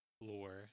lore